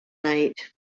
night